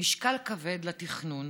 משקל כבד לתכנון,